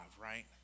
right